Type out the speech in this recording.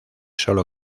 sólo